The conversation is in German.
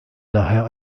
daher